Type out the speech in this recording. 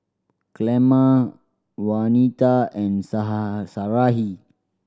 Clemma Waneta and Sarahi